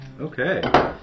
Okay